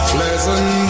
Pleasant